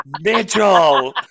Mitchell